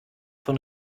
von